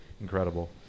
incredible